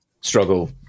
struggle